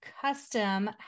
custom